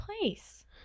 place